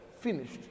finished